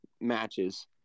matches